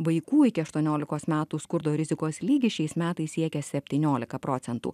vaikų iki aštuoniolikos metų skurdo rizikos lygis šiais metais siekia septyniolika procentų